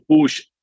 push